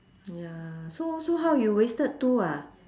ya so so how you wasted two ah